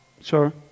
sir